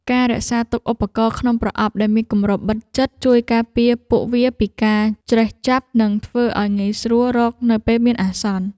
ការរក្សាទុកឧបករណ៍ក្នុងប្រអប់ដែលមានគម្របបិទជិត ជួយការពារពួកវាពីការច្រេះចាប់ និងធ្វើឱ្យងាយស្រួលរកនៅពេលមានអាសន្ន។